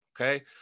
okay